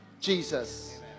jesus